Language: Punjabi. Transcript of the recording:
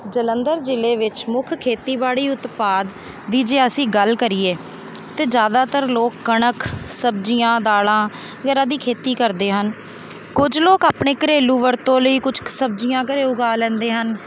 ਜਲੰਧਰ ਜ਼ਿਲ੍ਹੇ ਵਿੱਚ ਮੁੱਖ ਖੇਤੀਬਾੜੀ ਉਤਪਾਦ ਦੀ ਜੇ ਅਸੀਂ ਗੱਲ ਕਰੀਏ ਤਾਂ ਜ਼ਿਆਦਾਤਰ ਲੋਕ ਕਣਕ ਸਬਜ਼ੀਆਂ ਦਾਲਾਂ ਵਗੈਰਾ ਦੀ ਖੇਤੀ ਕਰਦੇ ਹਨ ਕੁਝ ਲੋਕ ਆਪਣੇ ਘਰੇਲੂ ਵਰਤੋਂ ਲਈ ਕੁਛ ਕੁ ਸਬਜ਼ੀਆਂ ਘਰ ਉਗਾ ਲੈਂਦੇ ਹਨ